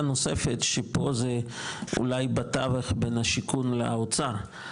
נוספת שפה זה אולי בטווח בין השיכון לאוצר,